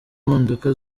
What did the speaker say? impinduka